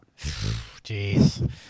Jeez